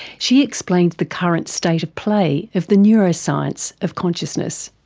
she explains the current state of play of the neuroscience of consciousness.